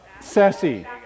sassy